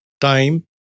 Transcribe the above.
time